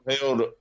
held